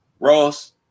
Ross